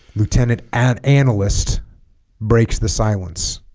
lieutenant an analyst breaks the silence